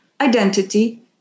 identity